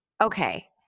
Okay